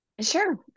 Sure